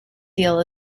eel